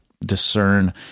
discern